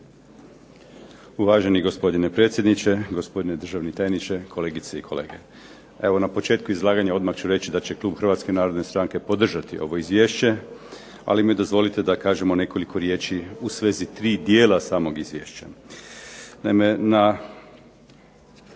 Uvaženi gospodine predsjedniče, gospodine državni tajniče, kolegice i kolege. Evo na početku izlaganja odmah ću reći da će i klub Hrvatske narodne stranke podržati ovo izvješće, ali mi dozvolite da kažemo nekoliko riječi u svezi tri dijela samog izvješća. Naime,